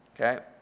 Okay